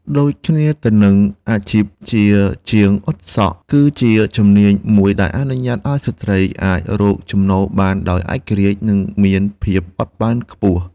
ដូចគ្នាទៅនឹង អាជីពជាជាងអ៊ុតសក់ គឺជាជំនាញមួយដែលអនុញ្ញាតឱ្យស្ត្រីអាច រកចំណូលបានដោយឯករាជ្យ និងមានភាពបត់បែនខ្ពស់។